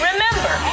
Remember